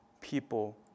people